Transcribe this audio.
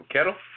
Kettle